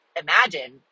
imagine